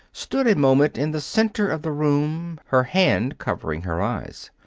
stood a moment in the center of the room, her hand covering her eyes.